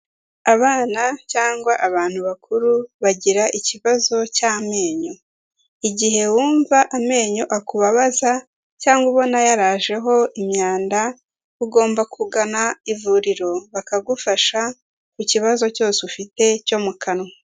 Abana cyangwa abantu bakuru bagira ikibazo cy'amenyo, igihe wumva amenyo akubabaza cyangwa ubona yarajeho imyanda ugomba kugana ivuriro bakagufasha ku kibazo cyose ufite cyo mu kanwa.